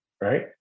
right